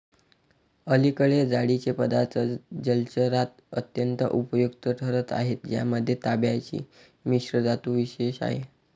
अलीकडे जाळीचे पदार्थ जलचरात अत्यंत उपयुक्त ठरत आहेत ज्यामध्ये तांब्याची मिश्रधातू विशेष आहे